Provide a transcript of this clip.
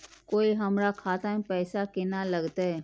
कोय हमरा खाता में पैसा केना लगते?